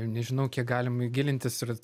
nežinau kiek galim gilintis ir